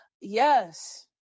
Yes